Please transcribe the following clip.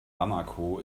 bamako